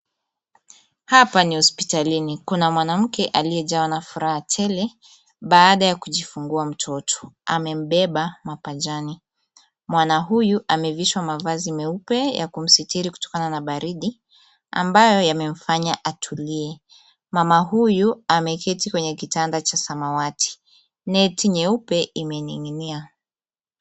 Hapa ni hospitalini. Kuna mwanamke aliyejawa na furaha tele baada ya kujifungua mtoto. Amembeba mapajani. Mwana huyu amevishwa mavazi meupe ya kumsitiri kutokana na baridi, ambayo yamemfanya atulie. Mama huyu ameketi kwenye kitanda cha samawati, neti nyeupe imening'inia.